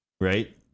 right